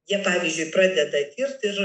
jie pavyzdžiui pradeda kilti ir